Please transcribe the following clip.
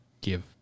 give